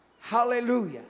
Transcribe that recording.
hallelujah